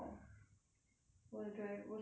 我的 dri~ 我是有 driving skills 的